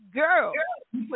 girl